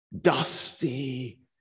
dusty